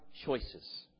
choices